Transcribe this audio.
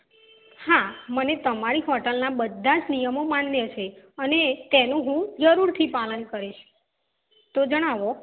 હા મને તમારી હોટલના બધા જ નિયમો માન્ય છે અને તેનું હું જરૂરથી પાલન કરીશ તો જણાવો